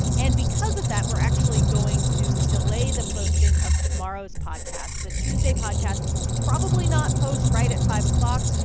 and because of that, we're actually going to delay the posting of tomorrow's podcast. the tuesday podcast will probably not post right at five o'clock.